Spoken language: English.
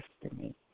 destiny